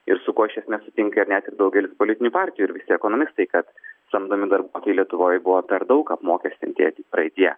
ir su kou iš esmės sutinka ir net ir daugelis politinių partijų ir visi ekonomistai kad samdomi darbuotojai lietuvoj buvo per daug apmokestinti ati praeityje